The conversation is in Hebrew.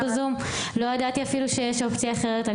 לא ידעתי אפילו שיש אופציה אחרת.